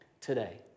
today